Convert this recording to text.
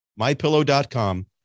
mypillow.com